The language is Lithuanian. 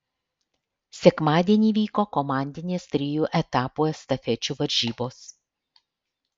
sekmadienį vyko komandinės trijų etapų estafečių varžybos